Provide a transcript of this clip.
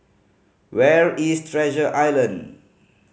where is Treasure Island